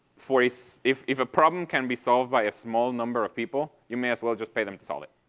for a so if if a problem can be solved by a small number of people, you may as well just pay them to solve it,